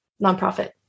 nonprofit